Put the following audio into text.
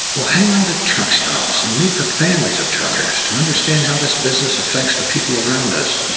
well, hang out at truck stops and meet the families of truckers to understand how this business affects the people around us.